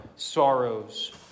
Sorrows